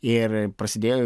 ir prasidėjo